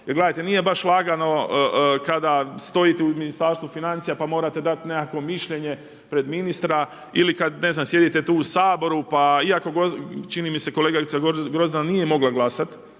gledajte, nije baš lagano kada stojite u Ministarstvu financija pa morate dati nekakvo mišljenje pred ministra ili kad ne znam, sjedite tu u Saboru, čini mi se kolegica Grozdana nije mogla glasat,